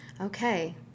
Okay